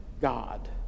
God